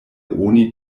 oni